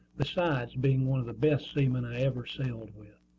besides being one of the best seamen i ever sailed with.